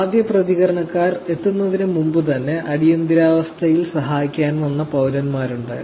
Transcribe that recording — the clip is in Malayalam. ആദ്യ പ്രതികരണക്കാർ എത്തുന്നതിനു മുമ്പുതന്നെ അടിയന്തിരാവസ്ഥയിൽ സഹായിക്കാൻ വന്ന പൌരന്മാരുണ്ടായിരുന്നു